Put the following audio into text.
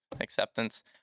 acceptance